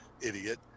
idiot